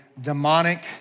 demonic